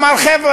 אמר: חבר'ה,